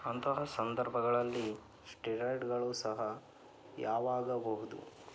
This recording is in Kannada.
ಅಂತಹ ಸಂದರ್ಭಗಳಲ್ಲಿ ಸ್ಟಿರಾಯ್ಡ್ಗಳು ಸಹ ಯಾವಾಗಬಹುದು